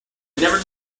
never